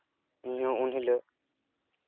ᱤᱧᱦᱚᱸ ᱩᱱᱦᱤᱞᱳᱜ